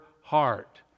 heart